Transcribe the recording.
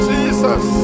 Jesus